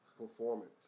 performance